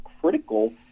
critical